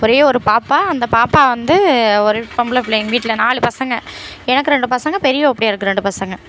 ஒரே ஒரு பாப்பா அந்த பாப்பா வந்து ஒரு பொம்பளை பிள்ளைங்க வீட்டில் நாலு பசங்க எனக்கு ரெண்டு பசங்க பெரிய ஓப்படியாருக்கு ரெண்டு பசங்க